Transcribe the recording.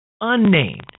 unnamed